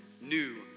new